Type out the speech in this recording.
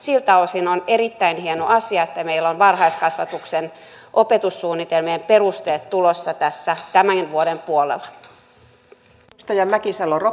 siltä osin on erittäin hieno asia että meillä on varhaiskasvatuksen opetussuunnitelmien perusteet tulossa tässä tämän vuoden puolella